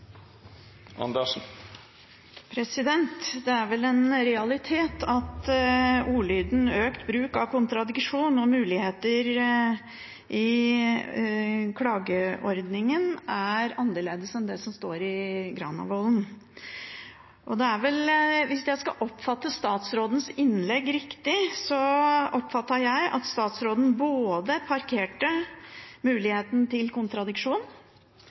gjøre. Det er vel en realitet at ordlyden «økt bruk av kontradiksjon og mulighet i klageordningen» er annerledes enn det som står i Granavolden-plattformen. Hvis jeg oppfattet statsrådens innlegg riktig, parkerte han både muligheten til kontradiksjon